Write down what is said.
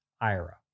IRA